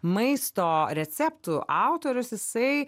maisto receptų autorius jisai